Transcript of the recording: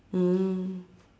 mm